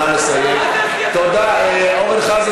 תכף השר בנט יעלה,